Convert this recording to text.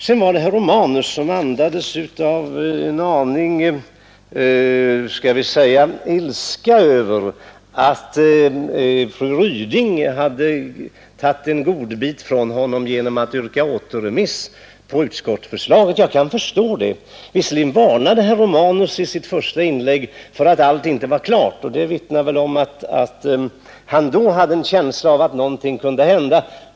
Sedan var det herr Romanus som andades en aning ilska över att fru Ryding hade tagit en godbit från honom genom att yrka återremiss på utskottsförslaget. Jag kan förstå det. Visserligen varnade herr Romanus i sitt första inlägg för att allt inte var klart — detta vittnar väl om att han hade en känsla av att någonting kunde hända.